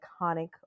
iconic